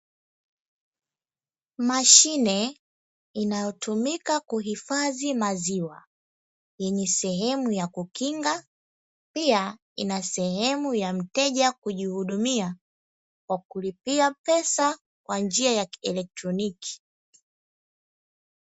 Mashine inayotumika kuhifadhi maziwa yenye sehemu ya kukinga pia ina sehemu ya mteja kujihudumia kwa kulipia pesa kwa njia ya kielektroniki.